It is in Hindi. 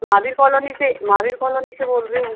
महावीर कॉलोनी से महावीर कॉलोनी से बोल रही हूँ